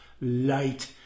light